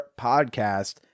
podcast